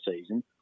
season